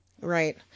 Right